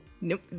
Nope